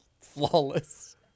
Flawless